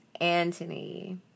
Anthony